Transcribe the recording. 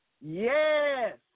Yes